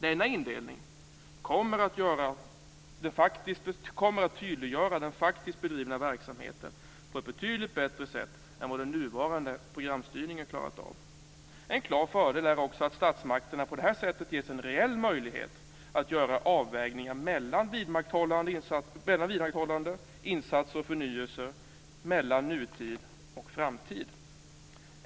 Denna indelning kommer att tydliggöra den faktiskt bedrivna verksamheten på ett betydligt bättre sätt än vad den nuvarande programstyrningen klarat av. En klar fördel är också att statsmakterna på detta sätt ges en reell möjlighet att göra avvägningar mellan vidmakthållande, insatser och förnyelse och mellan nutid och framtid.